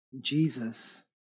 Jesus